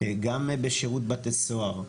גם בשירות בתי הסוהר,